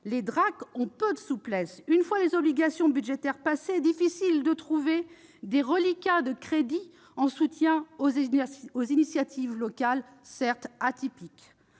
Les DRAC ont peu de souplesse. Une fois les obligations budgétaires assumées, difficile de trouver des reliquats de crédits en soutien aux initiatives locales, certes atypiques